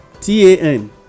T-A-N